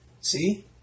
see